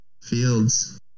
fields